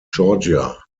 georgia